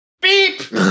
beep